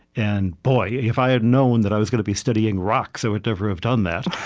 and, boy, if i had known that i was going to be studying rocks i would never have done that.